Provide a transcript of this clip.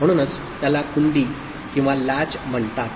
म्हणूनच त्याला कुंडी म्हणतात